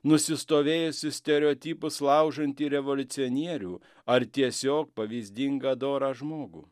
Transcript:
nusistovėjusius stereotipus laužantį revoliucionierių ar tiesiog pavyzdingą dorą žmogų